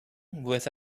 with